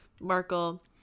Markle